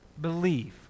believe